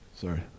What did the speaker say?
sorry